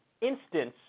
instance